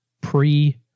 pre